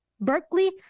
Berkeley